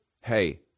Hey